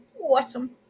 Awesome